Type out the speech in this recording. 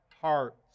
hearts